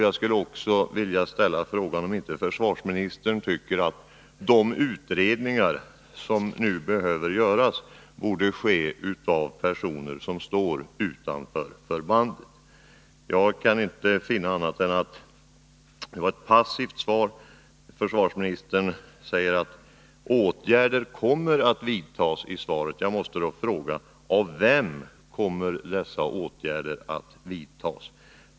Jag skulle också vilja fråga om inte försvarsministern tycker att de utredningar som nu behöver göras borde företas av personer utanför förbandet. Jag kan inte finna annat än att det var ett passivt svar. Försvarsministern säger att åtgärder kommer att vidtas. Jag måste då fråga: Vem kommer att vidta dessa åtgärder?